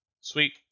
sweet